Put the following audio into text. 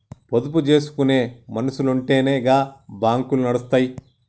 పొదుపు జేసుకునే మనుసులుంటెనే గా బాంకులు నడుస్తయ్